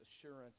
assurance